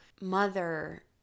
mother